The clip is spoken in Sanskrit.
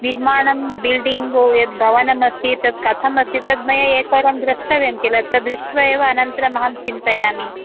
निर्माणं बिल्डिङ्ग् यद्भवनमस्ति तत् कथमस्ति तद् मया एकवारं द्रष्टव्यं किल तद् दृष्ट्वा एव अनन्तरमहं चिन्तयामि